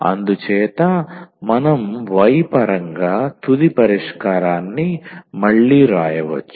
అందుచేత మనం y పరంగా తుది పరిష్కారాన్ని మళ్ళీ వ్రాయవచ్చు